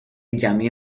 جمعی